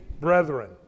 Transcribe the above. brethren